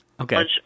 Okay